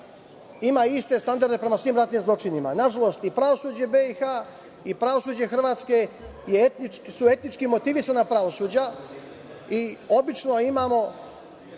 ima iste standarde prema svim ratnim zločinima. Nažalost, pravosuđe BiH i pravosuđe Hrvatske su etnički motivisana pravosuđa i obično imamo